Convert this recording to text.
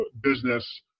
business